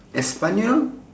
espanyol